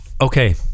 Okay